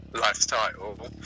lifestyle